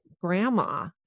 grandma